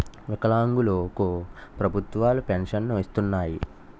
వికలాంగులు కు ప్రభుత్వాలు పెన్షన్ను ఇస్తున్నాయి